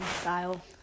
style